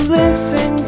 listen